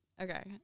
Okay